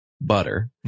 Butter